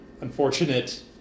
unfortunate